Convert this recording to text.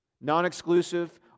Non-exclusive